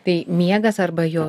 tai miegas arba jo